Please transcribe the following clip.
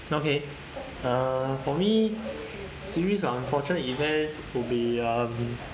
okay uh for me series of unfortunate events would be um